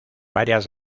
varias